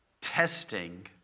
testing